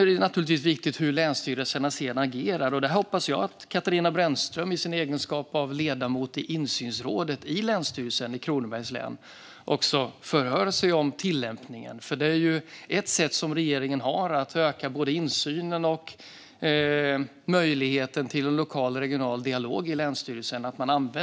Det är även viktigt hur länsstyrelserna agerar därefter, och jag hoppas att Katarina Brännström i sin egenskap av ledamot i insynsrådet i länsstyrelsen i Kronobergs län också förhör sig om tillämpningen. Rådet är ju ett sätt som regeringen har att öka både insynen och möjligheten till en lokal och regional dialog i länsstyrelsen.